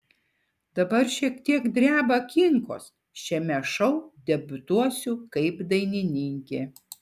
dabar šiek tiek dreba kinkos šiame šou debiutuosiu kaip dainininkė